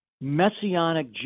Messianic